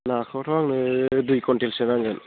नाखौथ' आंनो दुइ कुविन्टेलसो नांगोन